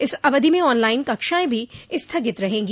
इस अवधि में ऑन लाइन कक्षाएं भी स्थगित रहेंगी